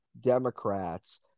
democrats